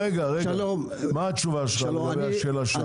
תודה, מה התשובה שלך לשאלה?